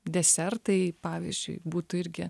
desertai pavyzdžiui būtų irgi